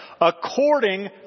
according